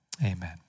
Amen